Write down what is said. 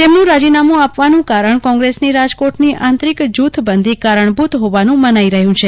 તેમનું રાજીનામું આપવાનું કારણ કોંગ્રેસની રાજકોટની આંતિરક જૂથબંધી કારણભૂત હોવાનું માની રહ્યું છે